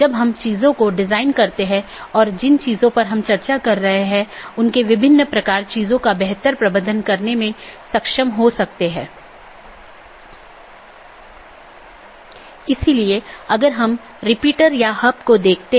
अब ऑटॉनमस सिस्टमों के बीच के लिए हमारे पास EBGP नामक प्रोटोकॉल है या ऑटॉनमस सिस्टमों के अन्दर के लिए हमारे पास IBGP प्रोटोकॉल है अब हम कुछ घटकों को देखें